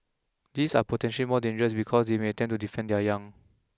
these are potential more dangerous because they may attempt to defend their young